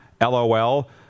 LOL